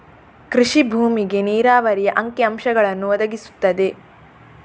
ಕೃಷಿ ಭೂಮಿಗೆ ನೀರಾವರಿಯ ಅಂಕಿ ಅಂಶಗಳನ್ನು ಒದಗಿಸುತ್ತದೆ